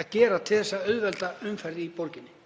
að gera til að auðvelda umferð í borginni.